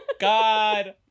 God